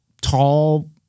tall